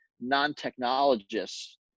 non-technologists